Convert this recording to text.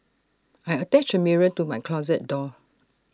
I attached A mirror to my closet door